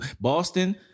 Boston